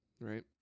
right